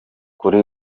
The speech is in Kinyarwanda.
kuri